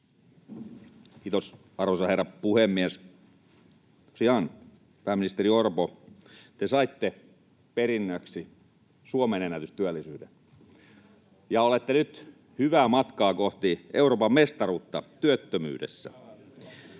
Kiitos, arvoisa herra puhemies! Tosiaan, pääministeri Orpo, te saitte perinnöksi Suomen ennätystyöllisyyden, ja olette nyt hyvää matkaa kohti Euroopan mestaruutta työttömyydessä. [Antti